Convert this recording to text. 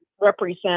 represent